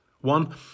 One